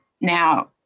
Now